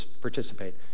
participate